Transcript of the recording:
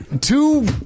Two